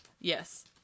Yes